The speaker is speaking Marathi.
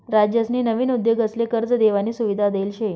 राज्यसनी नवीन उद्योगसले कर्ज देवानी सुविधा देल शे